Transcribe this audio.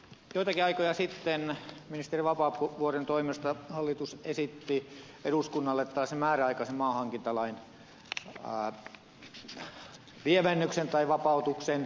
joitakin aikoja sitten ministeri vapaavuoren toimesta hallitus esitti eduskunnalle tällaisen määräaikaisen maanhankintalain lievennyksen tai vapautuksen